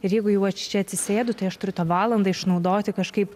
ir jeigu jau aš čia atsisėdu tai aš turiu tą valandą išnaudoti kažkaip